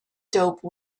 dope